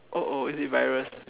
oh oh is it virus